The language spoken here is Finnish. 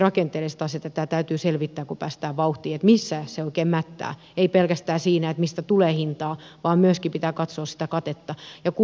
ja tämä täytyy selvittää kun päästään vauhtiin että missä se oikein mättää ei pelkästään siinä että mistä tulee hintaa vaan myöskin pitää katsoa sitä katetta